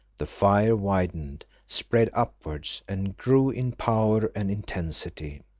the fire widened, spread upwards and grew in power and intensity.